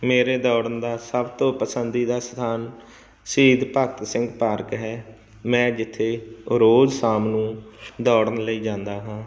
ਮੇਰੇ ਦੌੜਨ ਦਾ ਸਭ ਤੋਂ ਪਸੰਦੀਦਾ ਸਥਾਨ ਸ਼ਹੀਦ ਭਗਤ ਸਿੰਘ ਪਾਰਕ ਹੈ ਮੈਂ ਜਿੱਥੇ ਰੋਜ਼ ਸ਼ਾਮ ਨੂੰ ਦੌੜਨ ਲਈ ਜਾਂਦਾ ਹਾਂ